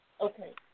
Okay